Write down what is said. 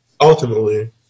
ultimately